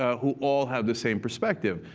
ah who all have the same perspective.